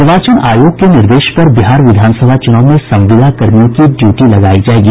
निर्वाचन आयोग के निर्देश पर बिहार विधान सभा चुनाव में संविदा कर्मियों की ड्यूटी लगायी जायेगी